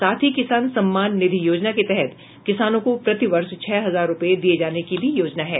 साथ ही किसान सम्मान निधि योजना के तहत किसानों को प्रतिवर्ष छह हजार रुपये दिए जाने की भी योजना है